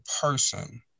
person